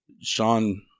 Sean